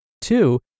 two